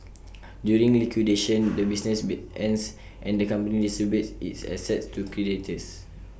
during liquidation the business ends and the company distributes its assets to creditors